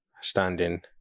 standing